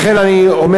לכן אני אומר,